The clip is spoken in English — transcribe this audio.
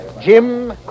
Jim